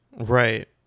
right